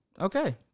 Okay